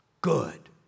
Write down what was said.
good